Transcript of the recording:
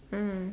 mm